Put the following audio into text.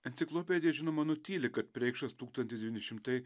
enciklopedija žinoma nutyli kad preikšas tūkstantis devyni šimtai